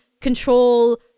control